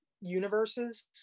universes